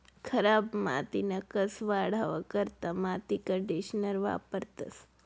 खराब मातीना कस वाढावा करता माती कंडीशनर वापरतंस